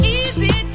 easy